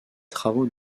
travaux